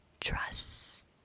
trust